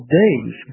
days